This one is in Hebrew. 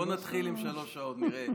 בוא נתחיל עם שלוש שעות, נראה.